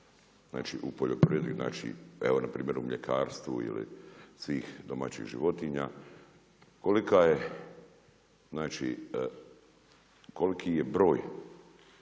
znači u poljoprivredi, znači evo npr. u mljekarstvu ili svih domaćih životinja? Kolika je znači, koliki je broj